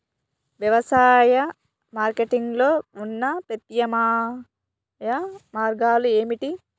వ్యవసాయ మార్కెటింగ్ లో ఉన్న ప్రత్యామ్నాయ మార్గాలు ఏమిటి?